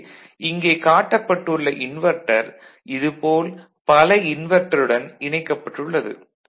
எனவே இங்கே காட்டப்பட்டுள்ள இன்வெர்ட்டர் இது போல் பல இன்வெர்ட்டருடன் இணைக்கப்பட்டுள்ளது